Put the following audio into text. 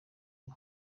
ubu